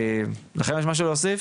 לכם יש משהו להוסיף?